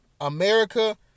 America